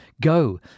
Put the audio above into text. Go